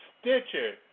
Stitcher